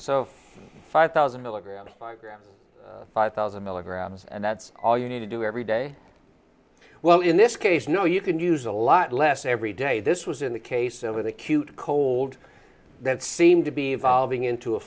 so five thousand milligrams five thousand milligrams and that's all you need to do every day well in this case no you can use a lot less every day this was in the case of an acute cold that seemed to be evolving into a